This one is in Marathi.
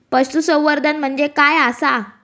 पशुसंवर्धन म्हणजे काय आसा?